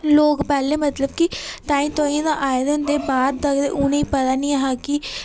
लोक पैह्लें मतलब कि ताहीं तोआहीं दा आए दे होंदे हे बाह्र दा उ'नें गी पता नेहा कि